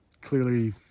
clearly